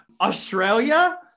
Australia